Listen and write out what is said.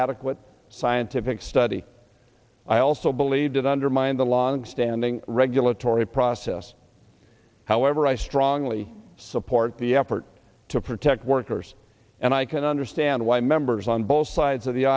adequate scientific study i also believed it undermined the long standing regulatory process however i strongly support the effort to protect workers and i can understand why members on both sides of the